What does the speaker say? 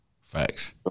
Facts